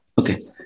Okay